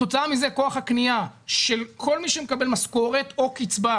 כתוצאה מזה כוח הקנייה של כל מי שמקבל משכורת או קצבה,